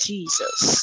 Jesus